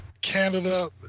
Canada